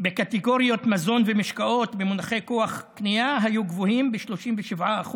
בקטגוריית מזון ומשקאות במונחי כוח קנייה היו גבוהים ב-37%